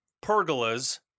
pergolas